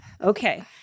Okay